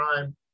time